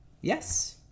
Yes